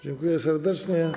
Dziękuję serdecznie.